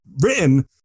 written